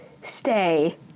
stay